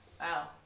Wow